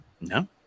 no